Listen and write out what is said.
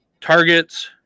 targets